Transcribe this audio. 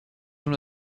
uno